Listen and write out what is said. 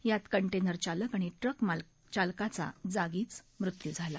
यात कंटेनर चालक आणि ट्रक चालकाचा जागीच मृत्यू झाला